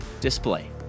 Display